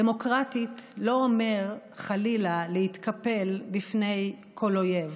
"דמוקרטית" לא אומר, חלילה, להתקפל בפני כל אויב